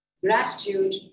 gratitude